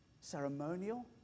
ceremonial